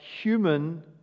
human